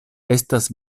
estas